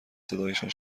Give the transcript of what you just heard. صدایشان